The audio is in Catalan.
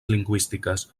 lingüístiques